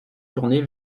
tournée